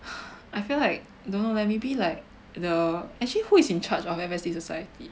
I feel like don't know leh maybe like the actually who is in charge of F_S_T society